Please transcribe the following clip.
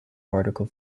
particle